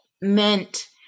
meant